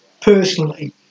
personally